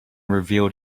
revealed